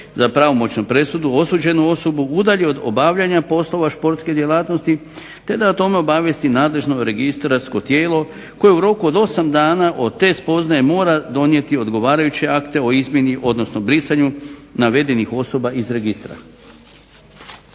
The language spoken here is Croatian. za pravomoćnu presudu, osuđenu osobu udalji od obavljanja poslova športske djelatnosti, te da o tome obavijesti nadležno registarsko tijelo koje u roku od osam dana od te spoznaje mora donijeti odgovarajuće akte o izmjeni odnosno brisanju navedenih osoba iz registra.